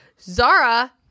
Zara